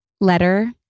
letter